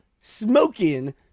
smoking